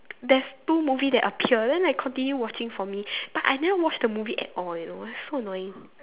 there's two movie that appear then I continue watching for me but I never watch the movie at all you know so annoying